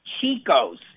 Chico's